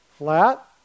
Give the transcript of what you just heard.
flat